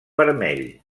vermell